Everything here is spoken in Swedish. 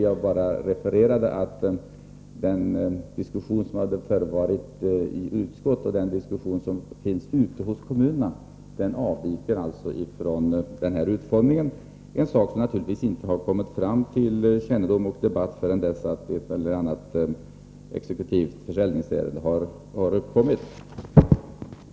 Jag refererade bara den diskussion som hade förevarit i utskottet och den diskussion som nu pågår ute i kommunerna. Utformningen av bostadsstyrelsens föreskrifter avviker alltså från riksdagens beslut — en sak som naturligtvis inte har blivit känd och föremål för debatt förrän en eller annan exekutiv försäljning har förekommit.